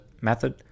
method